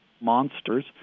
monsters